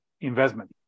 investment